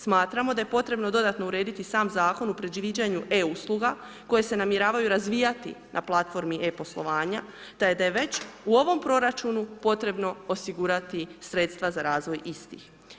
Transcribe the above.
Smatramo da je potrebno dodatno urediti sam zakon u predviđanju e-usluga koje se namjeravaju razvijati na platformi e- poslovanja te da je već u ovom proračunu potrebno osigurati sredstva za razvoj istih.